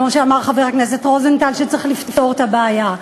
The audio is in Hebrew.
כמו שאמר חבר הכנסת רוזנטל, צריך לפתור את הבעיה.